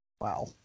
wow